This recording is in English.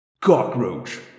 Cockroach